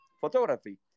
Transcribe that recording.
photography